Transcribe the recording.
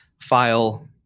file